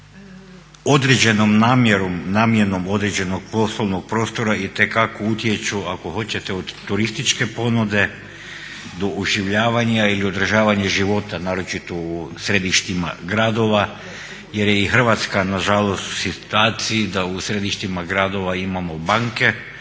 određenom namjenom određenog poslovnog prostora itekako utječu ako hoćete od turističke ponude do oživljavanja ili održavanje života naročito u središtima gradova jer je i Hrvatska nažalost u situaciji da u središtima gradova imamo banke,